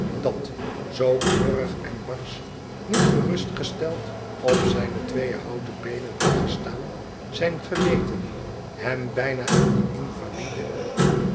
dat zoo knorrig en barsch niet geruststellend op zijne twee houten beenen had gestaan zijn geweten hem bijna in dien invalide